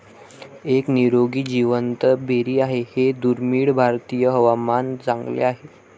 एक निरोगी जिवंत बेरी आहे हे दुर्मिळ भारतीय हवामान चांगले आहे